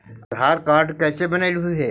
आधार card कईसे बनैलहु हे?